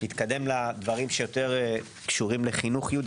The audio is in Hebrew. נתקדם לדברים שיותר קשורים לחינוך יהודי.